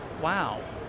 wow